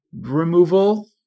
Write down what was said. removal